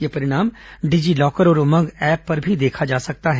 यह परिणाम डिजीलॉकर और उमंग ऐप पर भी देखा जा सकता है